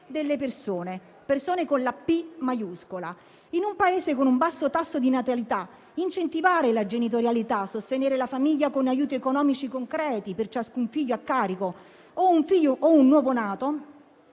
delle persone, intese con la P maiuscola. In un Paese con un basso tasso di natalità, incentivare la genitorialità, sostenere la famiglia con aiuti economici concreti per ciascun figlio a carico o un nuovo nato